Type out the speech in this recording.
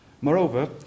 Moreover